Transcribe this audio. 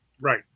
Right